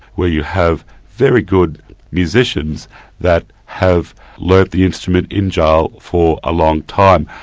where you have very good musicians that have learnt the instrument in jail, for a long time.